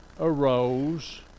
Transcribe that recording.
arose